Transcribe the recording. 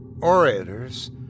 orators